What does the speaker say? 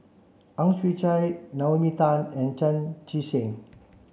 Ang Chwee Chai Naomi Tan and Chan Chee Seng